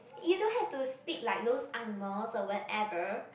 you don't have to speak like those angmohs or whatever